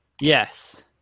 yes